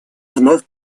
вновь